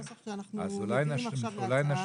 זה נוסח שאנחנו מביאים עכשיו להקראה.